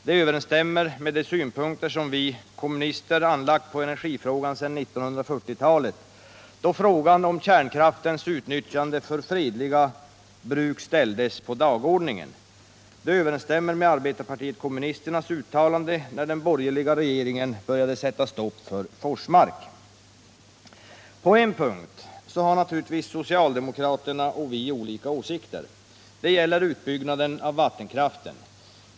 Det överensstämmer med de synpunkter vi kommunister anlagt på energifrågan sedan 1940-talet, då frågan om kärnkraftens utnyttjande för fredligt bruk först kom på dagordningen. De överensstämmer med arbetarpartiet kommunisternas uttalande när den borgerliga regeringen började sätta stopp för Forsmark. På en punkt har naturligtvis socialdemokraterna och vi olika åsikter. Det gäller utbyggnaden av vattenkraften.